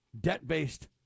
debt-based